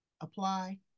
apply